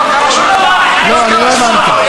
לא הייתה תבונה כלל.